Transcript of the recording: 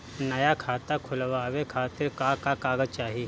नया खाता खुलवाए खातिर का का कागज चाहीं?